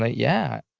ah yeah,